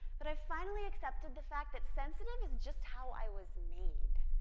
but i finally accepted the fact that sensitive is just how i was made,